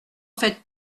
faites